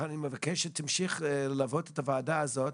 אני מבקש שתמשיך ללוות את הוועדה הזאת